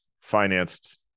financed